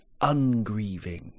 ungrieving